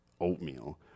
oatmeal